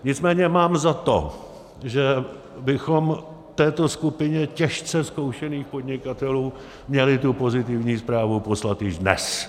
Nicméně mám za to, že bychom této skupině těžce zkoušených podnikatelů měli tu pozitivní zprávu poslat již dnes.